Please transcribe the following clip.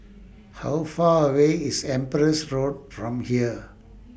How Far away IS Empress Road from here